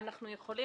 היושב-ראש,